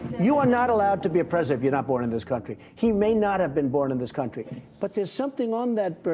you are not allowed to be a president if you're not born in this country. he may not have been born in this country. but there's something on that birth